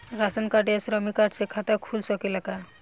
Ration card या श्रमिक card से खाता खुल सकेला का?